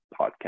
Podcast